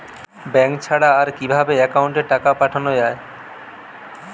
Bank ছাড়া আর কিভাবে একাউন্টে টাকা পাঠানো য়ায়?